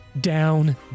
down